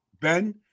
Ben